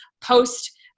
Post